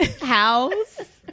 house